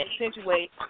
accentuate